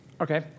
Okay